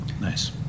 Nice